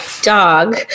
dog